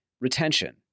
Retention